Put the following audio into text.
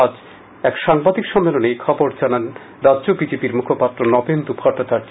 আজ এক সাংবাদিক সম্মেলনে এই খবর জানান রাজ্য বিজেপি মুখপাত্র নবেন্দু ভট্টাচর্য